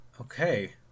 Okay